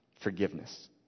forgiveness